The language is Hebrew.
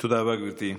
תודה רבה, גברתי.